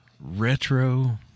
Retro